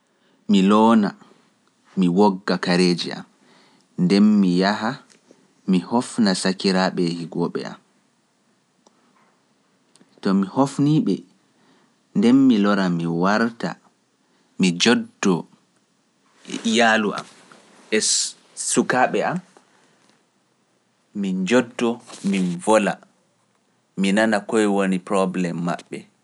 Mi loona, mi wogga kareeji am, ndeen mi yaha, mi hofna sakiraaɓe e higooɓe am. To mi hofnii ɓe, ndeen mi loora, mi warta, mi joddoo e iyaalu am e sukaaɓe am, min njoddoo, min vola, mi nana koye woni probléme maɓɓe.